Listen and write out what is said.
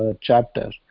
chapter